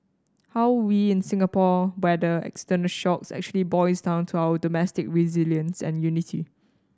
how we in Singapore weather external shocks actually boils down to our domestic resilience and unity